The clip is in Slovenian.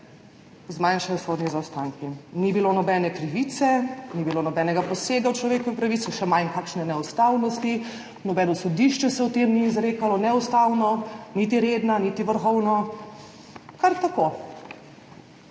zmanjšajo sodni zaostanki. Ni bilo nobene krivice, ni bilo nobenega posega v človekove pravice, še manj kakšne neustavnosti, nobeno sodišče se o tem ni izrekalo, ne Ustavno niti redna niti Vrhovno, kar tako.